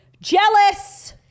jealous